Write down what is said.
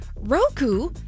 Roku